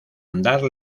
andar